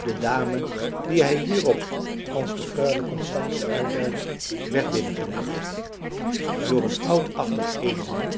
de dame die hij hierop als de freule constance uitduidde werd binnengeleid door een oudachtig edelman